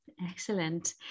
Excellent